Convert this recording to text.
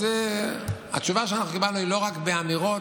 אז התשובה שאנחנו קיבלנו היא לא רק באמירות,